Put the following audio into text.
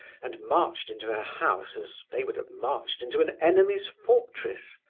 and marched into her house as they would have marched into an enemy's fortress.